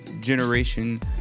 generation